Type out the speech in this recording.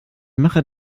mache